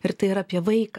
ir tai yra apie vaiką